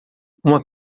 uma